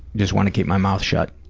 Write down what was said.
just wanna keep my mouth shut.